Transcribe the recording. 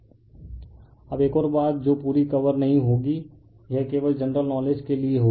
refer slide time 1920 अब एक और बात जो पूरी कवर नही होगी यह केवल जनरल नॉलेज के लिए होगी